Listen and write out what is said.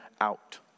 out